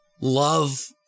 love